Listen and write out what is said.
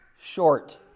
short